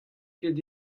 ket